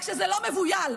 רק שזה לא מבויל,